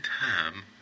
time